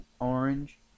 orange